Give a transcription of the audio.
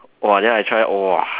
!wah! then I try !wah!